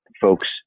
folks